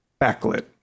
backlit